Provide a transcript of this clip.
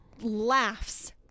laughs